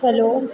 hello